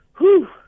whoo